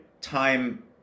time